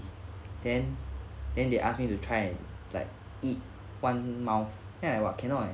then then they ask me to try like eat one mouth then I !wah! cannot leh